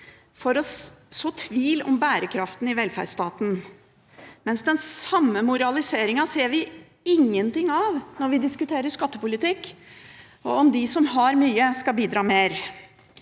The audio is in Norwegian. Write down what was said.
for å så tvil om bærekraften i velferdsstaten. Men den samme moraliseringen ser vi ingenting av når vi diskuterer skattepolitikk og om de som har mye, skal bidra mer.